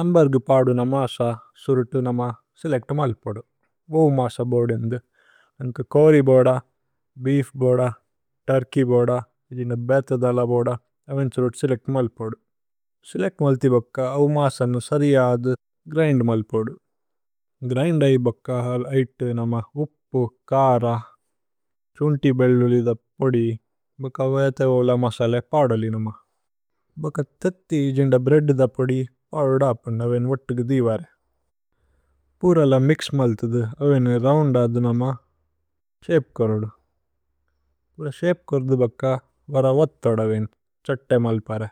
അമ്ബേര്ഗ് പാദു ന മാസ സുരുതു ന മാ സേലേച്ത്। മല് പോദു ഓഉ മാസ ബോദു ഇന്ദു നന്ക കോരി ബോദ। ബീഫ് ബോദ, തുര്കേയ് ബോദ, ജിന്ദ ബേഥ ധല। ബോദ ഏവന് സുരുതു സേലേക്ത് മല് പോദു സേലേക്ത്। മല്ഥി ബക്ക ഓഉ മാസ നു സരി ആദു ഗ്രിന്ദ്। മല് പോദു ഗ്രിന്ദ് ഹി ബക്ക അല് ഐത്തു ന മാ। ഉപ്പു കാര തുന്തി ബേല്ലുലിദ। പോദി ബക്ക വേഥേ ഓല മസല പാദു ലി ന। മാ ഭക്ക തത്തി ജിന്ദ ബ്രേദ്ദ പോദി അലു। ദൌപന് ഏവന് വത്തു ഗുദിവരേ പുര ല മിക്സ്। മല്ഥു ദു ഏവന് രോഉന്ദ് ആദു ന മാ ശപേ। കോരുദു പുര ശപേ കോരുദു ബക്ക വര। വത്ഥോദ ഏവന് ഛത്തേ മല് പാരേ